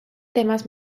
temas